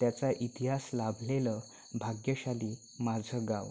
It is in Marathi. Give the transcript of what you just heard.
त्याचा इतिहास लाभलेलं भाग्यशाली माझं गाव